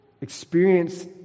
experience